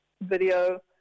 video